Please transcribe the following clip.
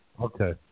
Okay